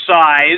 size